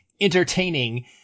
entertaining